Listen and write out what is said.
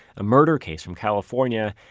a murder case from california,